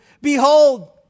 Behold